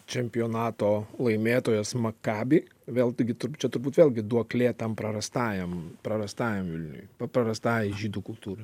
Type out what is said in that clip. čempionato laimėtojas maccabi vėl taigi tu čia turbūt vėlgi duoklė tam prarastajam prarastajam vilniui paprastajai žydų kultūrai